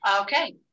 Okay